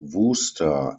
wooster